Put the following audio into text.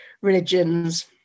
religions